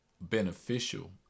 beneficial